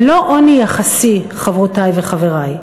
ולא עוני יחסי, חברותי וחברי,